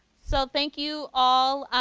so thank you, all.